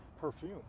perfume